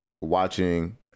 watching